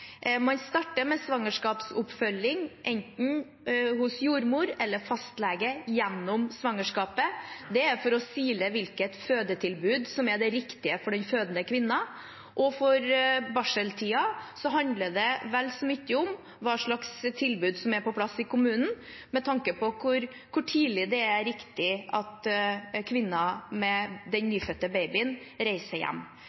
Man starter med svangerskapsoppfølging hos enten jordmor eller fastlege gjennom svangerskapet. Det er for å sile hvilket fødetilbud som er det riktige for den fødende kvinnen. For barseltiden handler det vel så mye om hva slags tilbud som er på plass i kommunen med tanke på hvor tidlig det er riktig at kvinnen reiser hjem med den